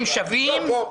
-- שבני אדם הם שווים.